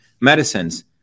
medicines